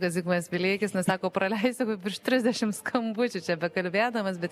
kad zigmas vileikis sako praleisiu virš trisdešim skambučių čia bekalbėdamas bet